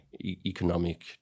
economic